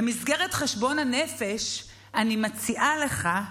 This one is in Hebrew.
במסגרת חשבון הנפש אני מציעה לך,